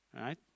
right